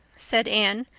said anne.